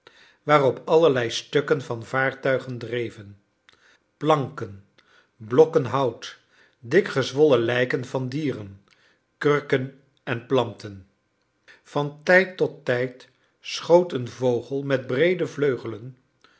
waarop allerlei stukken van vaartuigen dreven planken blokken hout dik gezwollen lijken van dieren kurken en planten van tijd tot tijd schoot een vogel met breede vleugelen